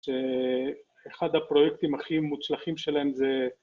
שאחד הפרויקטים הכי מוצלחים שלהם זה...